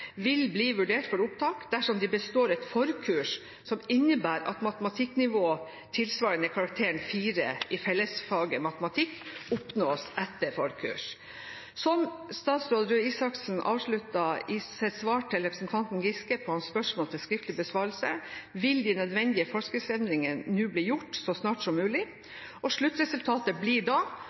vil bli vurdert for opptak dersom de består et forkurs som innebærer et matematikknivå tilsvarende karakteren 4 i fellesfaget i matematikk. Som statsråd Røe Isaksen avsluttet i sitt svar til representanten Giske, på hans spørsmål til skriftlig besvarelse, vil de nødvendige forskriftsendringer bli gjort så snart som mulig. Sluttresultatet blir